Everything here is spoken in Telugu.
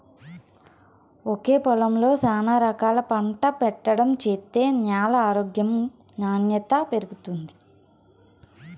ఒకే పొలంలో శానా రకాలు పంట పెట్టడం చేత్తే న్యాల ఆరోగ్యం నాణ్యత పెరుగుతుంది